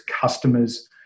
customers